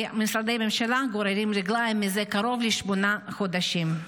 כי משרדי הממשלה גוררים רגליים זה קרוב לשמונה חודשים.